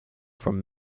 from